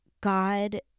God